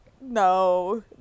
No